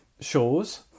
Shows